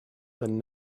than